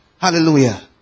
Hallelujah